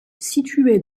située